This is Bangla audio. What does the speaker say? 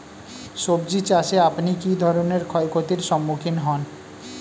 সবজী চাষে আপনি কী ধরনের ক্ষয়ক্ষতির সম্মুক্ষীণ হন?